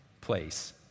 place